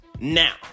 Now